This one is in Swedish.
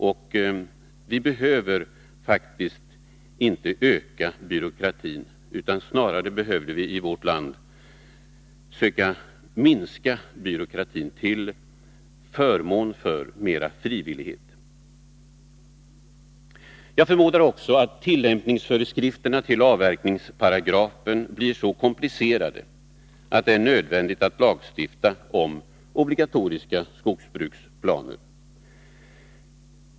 Och vi behöver faktiskt inte öka byråkratin, utan snarare behöver vi i vårt land söka minska den till förmån för mer frivillighet! Jag förmodar också att tillämpningsföreskrifterna till avverkningsparagrafen blir så komplicerade att det blir nödvändigt att lagstifta om obligatoriska skogsbruksplaner.